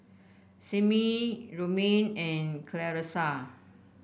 Simmie Romaine and Clarissa